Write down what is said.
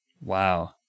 Wow